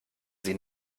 sie